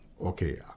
Okay